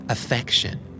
Affection